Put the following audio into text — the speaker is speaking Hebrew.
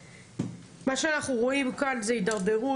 מה שאנחנו רואים כאן זה הידרדרות,